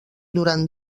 durant